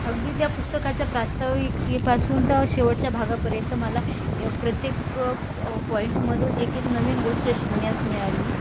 अगदी त्या पुस्तकाच्या प्रास्तविकेपासून ते शेवटच्या भागापर्यंत मला प्रत्येक प पॉईंटमधून एक एक नवीन गोष्ट शिकण्यास मिळाली